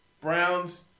Browns